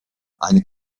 eine